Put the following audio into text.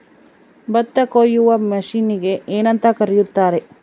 ಭತ್ತ ಕೊಯ್ಯುವ ಮಿಷನ್ನಿಗೆ ಏನಂತ ಕರೆಯುತ್ತಾರೆ?